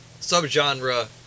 subgenre